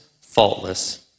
faultless